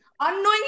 Unknowingly